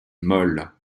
molle